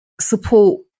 support